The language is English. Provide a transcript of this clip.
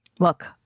Look